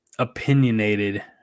opinionated